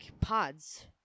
pods